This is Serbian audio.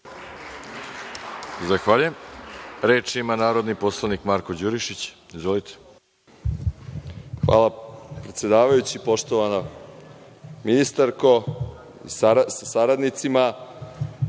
Zahvaljujem. Reč ima narodni poslanik Marko Đurišić. **Marko Đurišić** Hvala predsedavajući. Poštovana ministarko sa saradnicima,